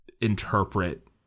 interpret